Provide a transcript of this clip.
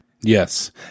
yes